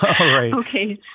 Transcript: Okay